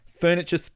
furniture